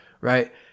right